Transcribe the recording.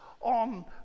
on